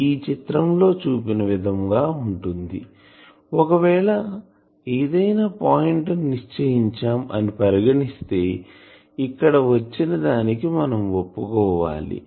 అది ఈ చిత్రం లో చూపిన విధంగా ఉంటుంది ఒకవేళ ఏదైనా పాయింట్ ని నిశ్చయించాం అని పరిగణిస్తే ఇక్కడ వచ్చిన దానికి మనం ఒప్పుకోవాలి